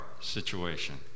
situation